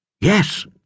Yes